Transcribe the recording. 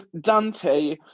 Dante